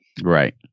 right